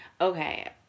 okay